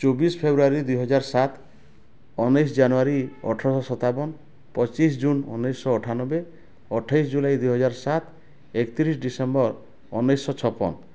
ଚୋବିଶ ଫେବୃଆରୀ ଦୁଇହଜାର ସାତ ଉଣେଇଶହ ଜାନୁଆରୀ ଅଠରଶହ ସତାବନ୍ ପଚିଶ ଜୁନ୍ ଉଣେଇଶହ ଅଠାନବେ ଅଠେଇଶ୍ ଜୁଲାଇ ଦୁଇହଜାର ସାତ ଏକତିରିଶ ଡିସେମ୍ବର ଉଣେଇଶହ ଛପନ